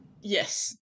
Yes